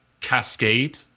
cascade